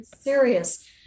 serious